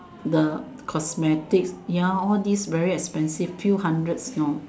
the cosmetic ya all this very expensive few hundreds you know